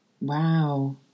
Wow